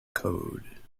code